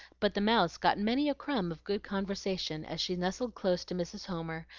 but the mouse got many a crumb of good conversation as she nestled close to mrs. homer,